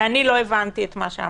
ואני לא הבנתי את מה שאמרתם.